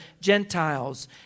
Gentiles